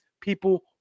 people